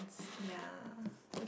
ya